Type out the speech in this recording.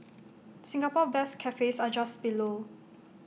Singapore best cafes are just below